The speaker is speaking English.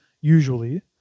usually